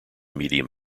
medium